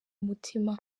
umutima